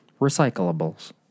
recyclables